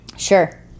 sure